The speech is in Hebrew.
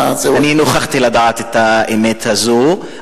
אני נוכחתי לדעת את האמת הזאת.